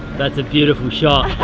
that's a beautiful shot!